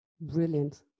Brilliant